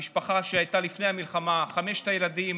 המשפחה שהייתה לפני המלחמה, חמשת הילדים